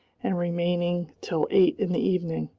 and remaining till eight in the evening,